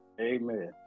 amen